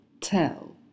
tell